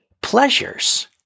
pleasures